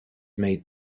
made